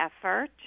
effort